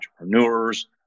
entrepreneurs